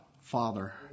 Father